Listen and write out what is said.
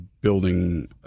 building